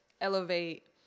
elevate